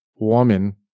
woman